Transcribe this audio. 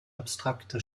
abstrakte